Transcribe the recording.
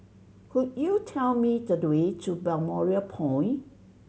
could you tell me the way to Balmoral Point